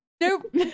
nope